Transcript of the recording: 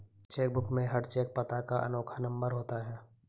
check book में हर cheque पता का अनोखा नंबर होता है